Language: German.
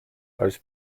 als